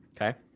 Okay